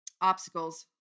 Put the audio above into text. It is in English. obstacles